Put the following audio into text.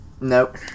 Nope